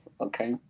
okay